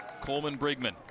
Coleman-Brigman